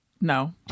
no